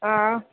ଆ